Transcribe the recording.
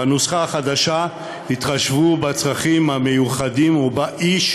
בנוסחה החדשה התחשבו בצרכים המיוחדים ובחוסר